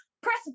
press